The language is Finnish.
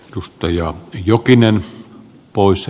arvoisa herra puhemies